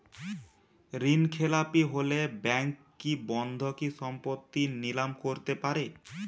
ঋণখেলাপি হলে ব্যাঙ্ক কি বন্ধকি সম্পত্তি নিলাম করতে পারে?